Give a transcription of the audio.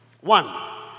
One